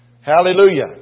Hallelujah